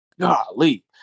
Golly